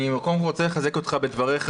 אני קודם כול רוצה לחזק אותך בדבריך.